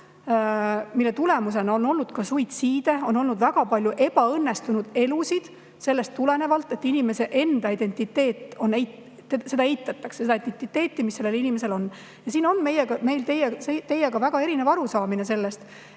Selle tulemusena on olnud suitsiide, on olnud väga palju ebaõnnestunud elusid sellest tulenevalt, et inimese enda identiteeti eitatakse. Eitatakse identiteeti, mis sellel inimesel on. Ja siin on meil teiega väga erinev arusaamine sellest,